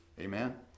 Amen